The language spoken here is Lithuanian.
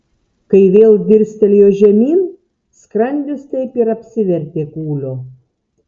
kai vėl dirstelėjo žemyn skrandis taip ir apsivertė kūlio